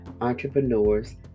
entrepreneurs